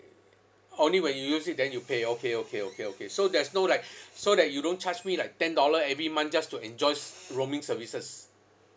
only when you use it then you pay okay okay okay okay so there's no like so that you don't charge me like ten dollar every month just to enjoys roaming services